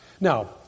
Now